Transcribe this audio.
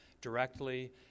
directly